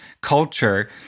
culture